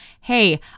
hey